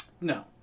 No